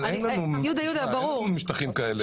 אבל אין לנו משטחים כאלה.